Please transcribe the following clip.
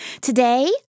Today